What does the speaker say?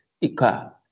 Ika